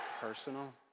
personal